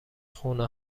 خونه